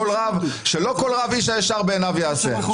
שלא יהיה מצב של איש הישר בעיניו יעשה.